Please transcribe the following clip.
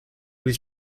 was